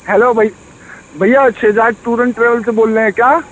hello بھیا بھیا Shahzad tour and travel سے بول رہے ہیں کیا